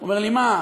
הוא אומר לי: מה,